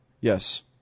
yes